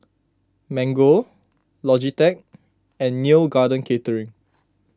Mango Logitech and Neo Garden Catering